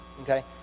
Okay